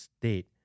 state